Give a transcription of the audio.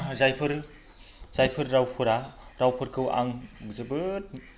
जायफोर रावफोरखौ आं जोबोद